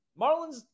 Marlins